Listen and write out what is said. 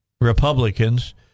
Republicans